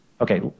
Okay